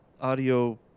audio